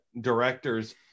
directors